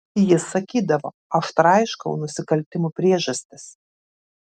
jis sakydavo aš traiškau nusikaltimų priežastis